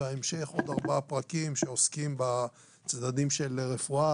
ובהמשך עוד ארבעה פרקים שעוסקים בצדדים של רפואה,